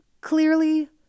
clearly